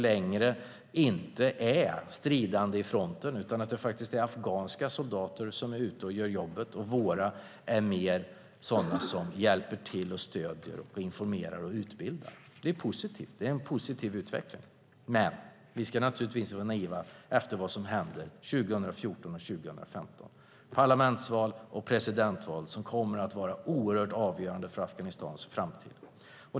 Det är afghanska soldater som är ute och gör jobbet, och våra är mer sådana som hjälper till, stöder, informerar och utbildar. Det är positivt, och det är en positiv utveckling. Men vi ska naturligtvis inte vara naiva när det gäller vad som händer 2014 och 2015. Det är parlamentsval och presidentval som kommer att vara oerhört avgörande för Afghanistans framtid.